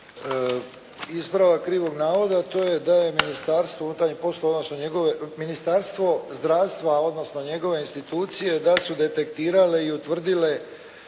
Ispravak krivog navoda, to je da je Ministarstvo zdravstva, odnosno njegove institucije da su detektirale i utvrdile